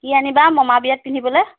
কি আনিবা মামাৰ বিয়াত পিন্ধিবলৈ